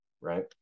right